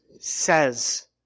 says